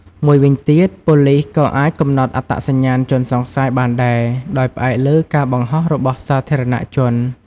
មួយវិញទៀត ប៉ូលិស ក៏អាច កំណត់អត្តសញ្ញាណជនសង្ស័យ បានដែរ ដោយផ្អែកលើ ការបង្ហោះរបស់សាធារណជន